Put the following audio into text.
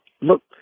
look